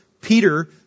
Peter